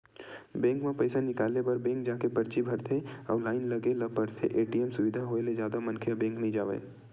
bank म पइसा निकाले बर बेंक जाके परची भरथे अउ लाइन लगे ल परथे, ए.टी.एम सुबिधा होय ले जादा मनखे ह बेंक नइ जावय